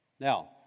Now